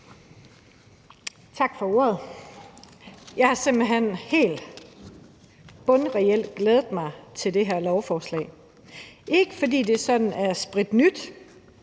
Tak for ordet. Jeg har simpelt hen helt grundlæggende glædet mig til det her lovforslag. Det er ikke, fordi det sådan er spritnyt,